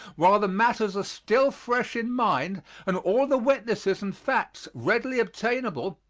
while the matters are still fresh in mind and all the witnesses and facts readily obtainable,